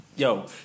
Yo